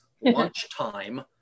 lunchtime